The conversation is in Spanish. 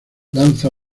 lanza